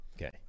Okay